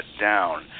down